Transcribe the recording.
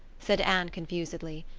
said anne confusedly.